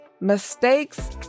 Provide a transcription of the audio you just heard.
mistakes